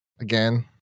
Again